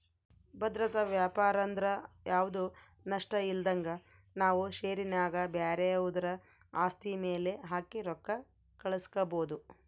ಭದ್ರತಾ ವ್ಯಾಪಾರಂದ್ರ ಯಾವ್ದು ನಷ್ಟಇಲ್ದಂಗ ನಾವು ಷೇರಿನ್ಯಾಗ ಬ್ಯಾರೆವುದ್ರ ಆಸ್ತಿ ಮ್ಯೆಲೆ ಹಾಕಿ ರೊಕ್ಕ ಗಳಿಸ್ಕಬೊದು